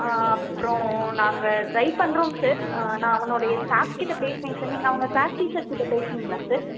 அப்புறம் நாங்கள் ட்ரை பண்ணுறோங்க சார் நான் அவனுடைய ஸ்டாஃப்ஸ் கிட்டே பேசினேங்க சார் நீங்கள் அவங்க க்ளாஸ் டீச்சர் கிட்டே பேசினீங்களா சார்